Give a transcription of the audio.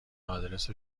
آدرس